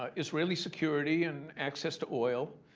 ah israeli security and access to oil.